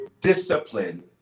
discipline